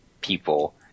people